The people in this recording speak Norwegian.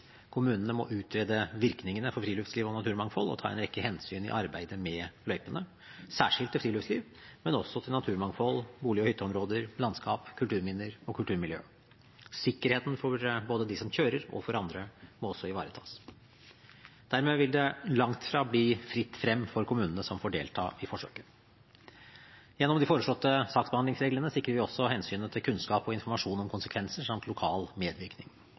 Kommunene må utrede virkningene for friluftsliv og naturmangfold og ta en rekke hensyn i arbeidet med løypene, særskilt til friluftsliv, men også til naturmangfold, bolig- og hytteområder, landskap, kulturminner og kulturmiljø. Sikkerheten både for dem som kjører, og for andre må også ivaretas. Dermed vil det langt ifra bli fritt frem for kommunene som får delta i forsøket. Gjennom de foreslåtte saksbehandlingsreglene sikrer vi også hensynet til kunnskap og informasjon om konsekvenser, samt lokal medvirkning.